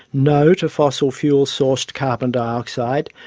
no to fossil fuel sourced carbon dioxide,